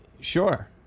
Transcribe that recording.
sure